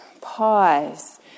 Pause